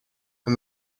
and